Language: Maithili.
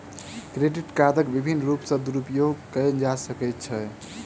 क्रेडिट कार्डक विभिन्न रूप सॅ दुरूपयोग कयल जा सकै छै